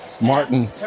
Martin